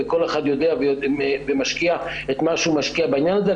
וכל אחד יודע ומשקיע את מה שהוא משקיע בעניין הזה.